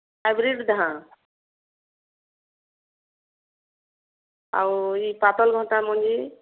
ହାଇବ୍ରିଡ଼୍ଟା ଆଉ ଇ ପାତଲଘଣ୍ଟା ମଞ୍ଜି